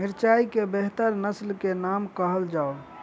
मिर्चाई केँ बेहतर नस्ल केँ नाम कहल जाउ?